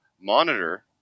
monitor